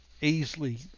easily